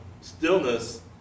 stillness